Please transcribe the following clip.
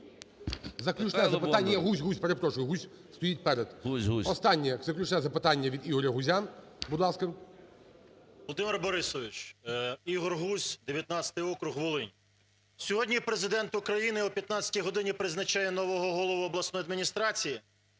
заключне запитання. Є Гузь, перепрошую, Гузь стоїть перед. Останнє заключне запитання від Ігоря Гузя, будь ласка. 11:10:04 ГУЗЬ І.В. Володимир Борисович! Ігор Гузь, 19 округ, Волинь. Сьогодні Президент України о 15 годині призначає нового голову обласної адміністрації,